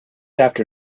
after